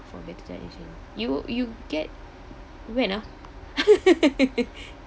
for better transaction you you get when ah